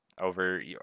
over